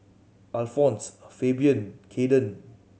Alphonse Fabian Caiden